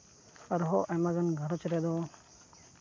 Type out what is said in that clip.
ᱟᱨᱦᱚᱸ ᱟᱭᱢᱟ ᱜᱟᱱ ᱜᱷᱟᱨᱚᱸᱡᱽ ᱨᱮᱫᱚ